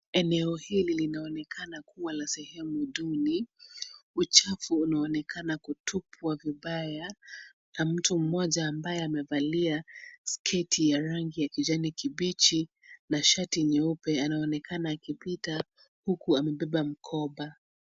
Eneo hili linaonekana kuwa la sehemu duni. Uchafu unaonekana kutupwa vibaya na mtu mmoja ambaye amevalia sketi ya rangi ya kijani kibichi na shati nyeupe anaonekana akipita huku amebeba mkoba.